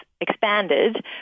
expanded